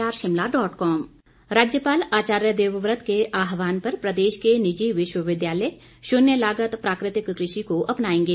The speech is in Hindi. राज्यपाल राज्यपाल आचार्य देवव्रत के आहवान पर प्रदेश के निजी विश्वविद्यालय शून्य लागत प्राकृतिक कृषि को अपनाएंगे